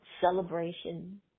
celebration